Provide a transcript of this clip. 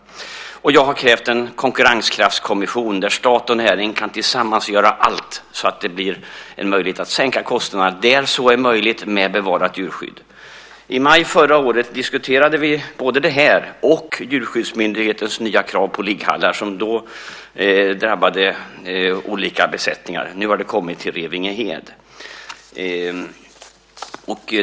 Jag har krävt en konkurrenskraftskommission där stat och näring tillsammans kan göra allt så att det blir en möjlighet att minska kostnaderna där så är möjligt med bevarat djurskydd. I maj förra året diskuterade vi både detta och Djurskyddsmyndighetens nya krav på ligghallar som då drabbade olika besättningar. Nu har det kommit till Revingehed.